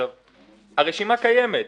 הרשימה קיימת.